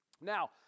Now